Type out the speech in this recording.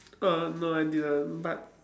oh no I didn't but